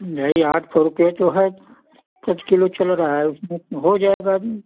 दही आठ सौ रुपये तो है दस किलो चल रहा है उसमें हो जाएगा अभी